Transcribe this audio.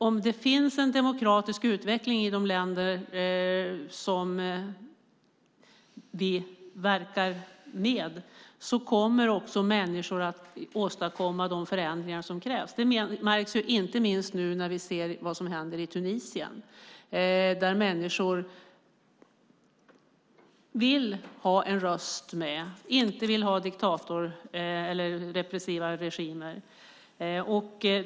Om det finns en demokratisk utveckling i de länder som vi verkar med kommer också människor att åstadkomma de förändringar som krävs. Det märks inte minst nu när vi ser vad som händer i Tunisien, där människor vill ha en röst med, inte vill ha repressiva regimer.